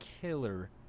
killer